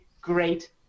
great